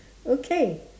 okay